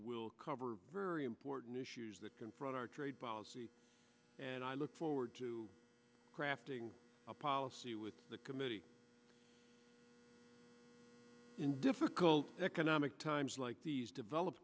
will cover very important issues that confront our trade policy and i look forward to crafting a policy with the committee in difficult economic times like these developed